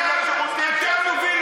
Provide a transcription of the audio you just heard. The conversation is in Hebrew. תאמין